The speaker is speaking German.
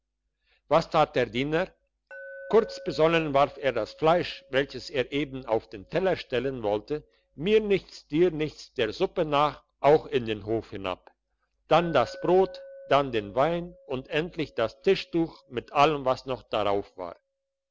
was tat der diener kurz besonnen warf er das fleisch welches er eben auf den teller stellen wollte mir nichts dir nichts der suppe nach auch in den hof hinab dann das brot dann den wein und endlich das tischtuch mit allem was noch darauf war